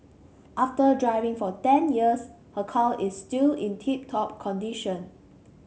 after driving for ten years her car is still in tip top condition